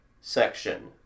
section